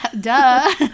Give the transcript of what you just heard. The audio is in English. Duh